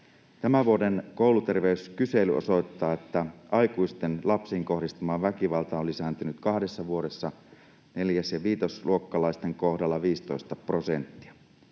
Tämän vuoden kouluterveyskysely osoittaa, että aikuisten lapsiin kohdistama väkivalta on lisääntynyt kahdessa vuodessa neljäs- ja viitosluokkalaisten kohdalla 15 prosenttia.